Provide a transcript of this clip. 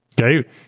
okay